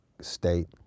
state